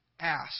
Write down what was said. ask